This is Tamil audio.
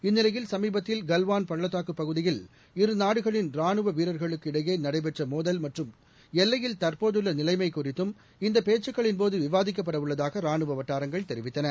இந்நிலையில் சமீபத்தில் கல்வான் பள்ளத்தாக்குப் பகுதியில் இரு நாடுகளின் ரானுவ வீரர்களுக்கு இடையே நடைபெற்ற மோதல் மற்றும் எல்லையில் தற்போதுள்ள நிலைமை குறித்தும் இந்தப் பேச்சுக்களின்போது விவாதிக்கப்படவுள்ளதாக ரானுவ வட்டாரங்கள் தெரிவித்தன